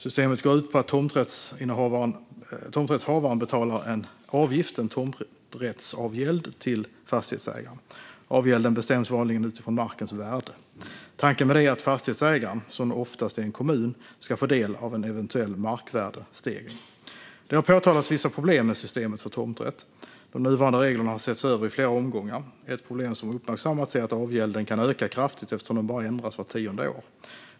Systemet går ut på att tomträttshavaren betalar en avgift, en tomträttsavgäld, till fastighetsägaren. Avgälden bestäms vanligen utifrån markens värde. Tanken med det är att fastighetsägaren, som oftast är en kommun, ska få del av en eventuell markvärdestegring. Det har påtalats vissa problem med systemet för tomträtt. De nuvarande reglerna har setts över i flera omgångar. Ett problem som har uppmärksammats är att avgälden kan öka kraftigt eftersom den bara ändras vart tionde år.